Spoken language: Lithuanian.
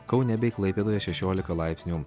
kaune bei klaipėdoje šešiolika laipsnių